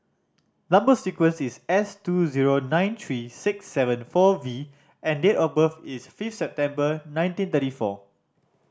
number sequence is S two zero nine three six seven four V and date of birth is fifth September nineteen thirty four